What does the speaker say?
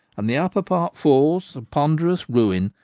and the upper part falls, a ponderous ruin,